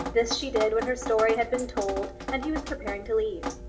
this she did when her story had been told, and he was preparing to leave